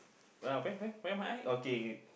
well where where where my eye okay